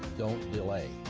don't delay.